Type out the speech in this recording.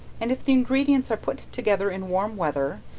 and if the ingredients are put together in warm weather,